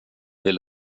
vill